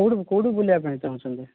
କେଉଁଠୁ କେଉଁଠୁ ବୁଲିବା ପାଇଁ ଚାହୁଁଛନ୍ତି